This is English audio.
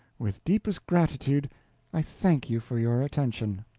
with deepest gratitude i think you for your attention.